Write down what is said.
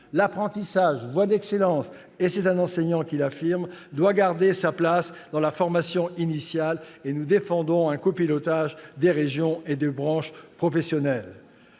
L'apprentissage, voie d'excellence- c'est un enseignant qui l'affirme -, doit garder sa place dans la formation initiale ; nous défendons sur ce point un copilotage par les régions et les branches professionnelles.